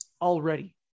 already